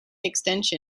extension